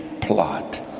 plot